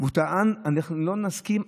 הוא טען: אנחנו לא נסכים,